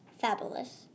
fabulous